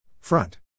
Front